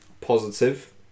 positive